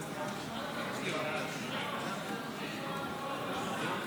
בזיקה לטרור מהכספים המועברים אליה מממשלת ישראל (תיקון,